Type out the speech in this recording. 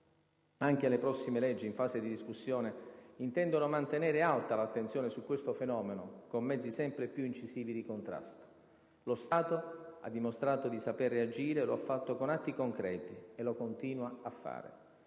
Anche le prossime leggi, in fase di discussione, intendono mantenere alta l'attenzione su questo fenomeno, con mezzi sempre più incisivi di contrasto. Lo Stato ha dimostrato di saper reagire e lo ha fatto con atti concreti; e lo continua a fare.